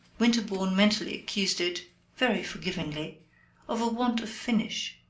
winterbourne mentally accused it very forgivingly of a want of finish.